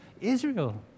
Israel